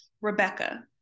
Rebecca